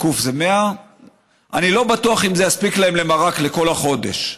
ק' זה 100. אני לא בטוח שזה יספיק להם למרק לכל החודש.